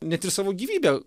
net ir savo gyvybe